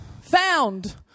found